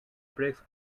bricks